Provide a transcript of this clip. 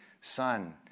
son